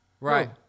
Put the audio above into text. Right